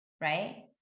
right